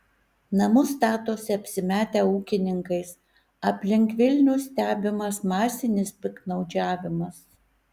namus statosi apsimetę ūkininkais aplink vilnių stebimas masinis piktnaudžiavimas